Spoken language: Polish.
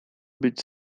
być